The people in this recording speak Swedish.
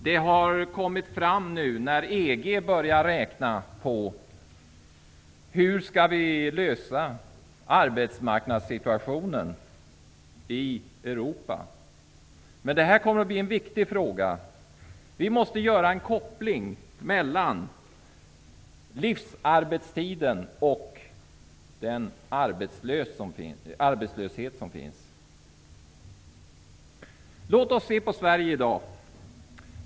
Det har börjat att användas nu när EG har börjat att arbeta med frågan hur arbetsmarknadssituationen i Europa skall lösas. Detta kommer att bli en viktig fråga. Det måste göras en koppling mellan livsarbetstiden och den arbetslöshet som finns. Låt oss se på Sverige i dag.